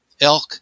elk